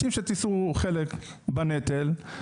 רוצים שתשאו חלק בנטל,